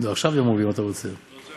לא, עכשיו יום רביעי אם אתה רוצה, למחר.